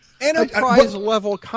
Enterprise-level